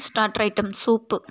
starter item soup